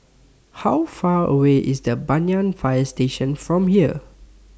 How Far away IS Banyan Fire Station from here